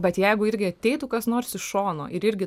bet jeigu irgi ateitų kas nors iš šono ir irgi